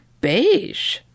beige